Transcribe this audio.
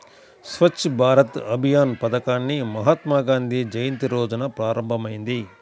స్వచ్ఛ్ భారత్ అభియాన్ పథకాన్ని మహాత్మాగాంధీ జయంతి రోజున ప్రారంభమైంది